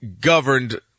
governed